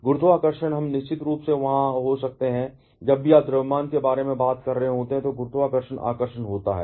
गुरुत्वाकर्षण हम निश्चित रूप से वहां हो सकते हैं जब भी आप द्रव्यमान के बारे में बात कर रहे होते हैं तो गुरुत्वाकर्षण आकर्षण होता है